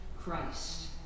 Christ